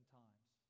times